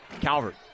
Calvert